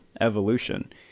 evolution